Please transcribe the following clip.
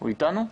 הוא איתנו?